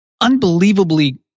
unbelievably